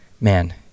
man